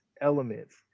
elements